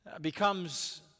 Becomes